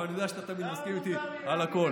אבל אני יודע שאתה תמיד מסכים איתי על הכול.